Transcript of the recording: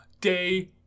Day